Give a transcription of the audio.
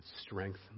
strength